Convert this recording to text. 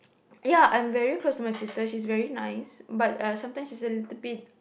ya I'm very close to my sister she's very nice but uh sometimes she's a little bit